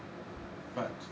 but